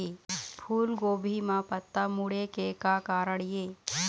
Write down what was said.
फूलगोभी म पत्ता मुड़े के का कारण ये?